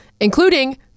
including